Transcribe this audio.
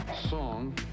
song